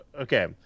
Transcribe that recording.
okay